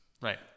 Right